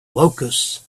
locusts